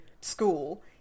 school